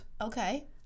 Okay